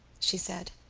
she said.